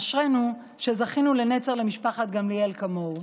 אשרינו שזכינו לנצר למשפחת גמליאל כמוהו.